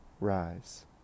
rise